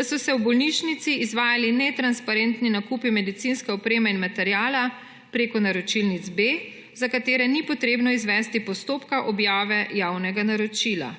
da so se v bolnišnici izvajali netransparentni nakupi medicinske opreme in materiala preko naročilnic B, za katere ni treba izvesti postopka objave javnega naročila.